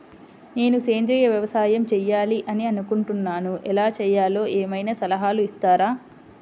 నేను సేంద్రియ వ్యవసాయం చేయాలి అని అనుకుంటున్నాను, ఎలా చేయాలో ఏమయినా సలహాలు ఇస్తారా?